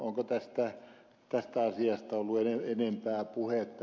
onko tästä asiasta ollut enempää puhetta